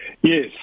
Yes